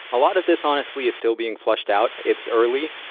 a lot of this honestly is still being flushed out. it's early,